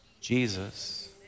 Jesus